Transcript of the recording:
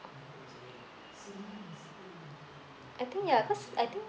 I think ya cause I think